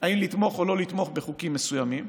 אם לתמוך או לא לתמוך בחוקים מסוימים,